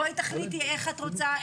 בואי תחליטי איך את רוצה,